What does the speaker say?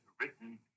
written